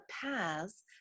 paths